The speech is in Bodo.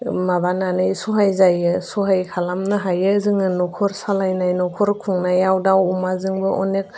माबानानै सहाय जायो सहाय खालामनो हायो जोङो न'खर सालायनाय न'खर खुंनायाव दाउ अमाजोंबो अनेक